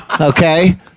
Okay